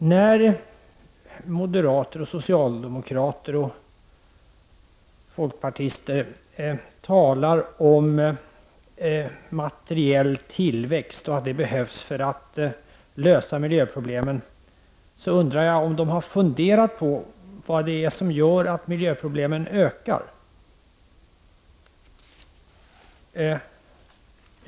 När moderater, socialdemokrater och folkpartister talar om att materiell tillväxt behövs för att man skall kunna lösa miljöproblemen, undrar jag om de har funderat på vad det är som gör att miljöproblemen ökar.